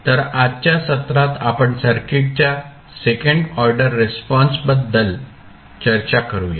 तर आजच्या सत्रात आपण सर्किटच्या सेकंड ऑर्डर रिस्पॉन्स बद्दल चर्चा करूया